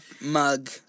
mug